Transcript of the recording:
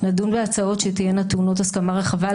נדון בהצעות שתהיינה טעונות הסכמה רחבה.